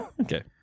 Okay